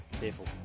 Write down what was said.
Careful